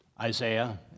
Isaiah